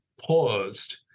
paused